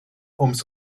ums